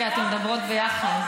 החוק הזה מדבר על משהו אחר.